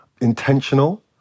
intentional